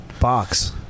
box